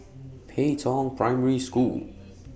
Pei Tong Primary School